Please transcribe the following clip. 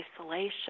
isolation